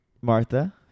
Martha